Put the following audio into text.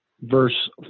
verse